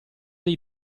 dei